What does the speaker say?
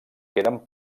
queden